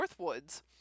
northwoods